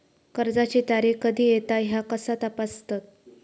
कर्जाची तारीख कधी येता ह्या कसा तपासतत?